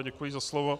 Děkuji za slovo.